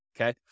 okay